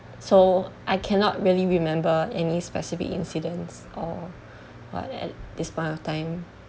so I cannot really remember any specific incidents or what at this point of time